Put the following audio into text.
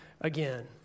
again